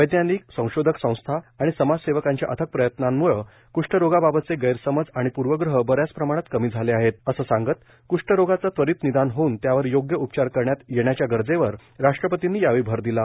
वैज्ञानिक संशोधक संस्था आणि समाजसेवकांच्या अथक प्रयत्नांमुळं कष्ठरोगाबाबतचे गैरसमज आणि पर्वग्रह बऱ्याच प्रमाणात कमी झाले आहेत असं सांगत कष्ठरोगाचं त्वरित निदान होऊन त्यावर योग्य उपचार करण्यात येण्याच्या गरजेवर राष्ट्रपर्तींनी यावेळी भर दिला